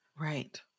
Right